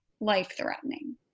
life-threatening